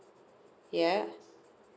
yeah